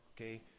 Okay